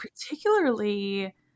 particularly